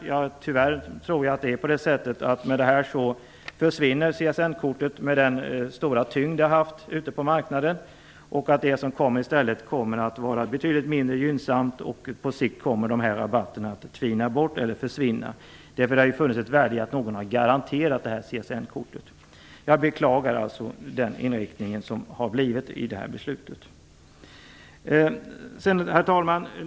Tyvärr tror jag att CSN-kortet försvinner med detta. Det som kommer i stället kommer att vara betydligt mindre gynnsamt. På sikt kommer dessa rabatter att tvina bort eller försvinna. Det har ju funnits ett värde i att någon har garanterat CSN-kortet. Jag beklagar alltså inriktningen på det här beslutet. Herr talman!